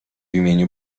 imieniu